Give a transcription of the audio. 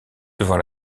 devant